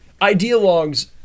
ideologues